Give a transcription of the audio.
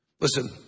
Listen